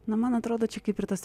na man atrodo čia kaip ir tas